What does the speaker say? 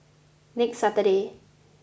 next Saturday